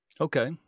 Okay